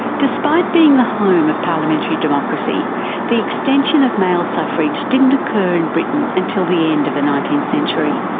despite being the home of parliamentary democracy the extension of male suffrage didn't occur in britain until the end of the nineteenth century.